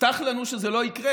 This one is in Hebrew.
הובטח לנו שזה לא יקרה,